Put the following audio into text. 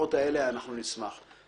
הכוחות האלה, אנחנו נשמח.